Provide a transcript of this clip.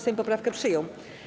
Sejm poprawkę przyjął.